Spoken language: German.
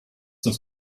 das